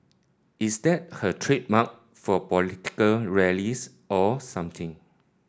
is that her trademark for political rallies or something